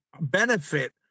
benefit